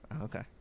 Okay